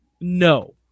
no